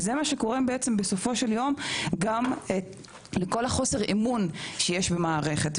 וזה מה שקורה בעצם בסופו של יום גם בכל חוסר האמון שיש במערכת.